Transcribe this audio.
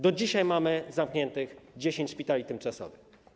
Do dzisiaj mamy zamkniętych 10 szpitali tymczasowych.